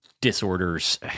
disorders